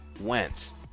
Wentz